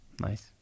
Nice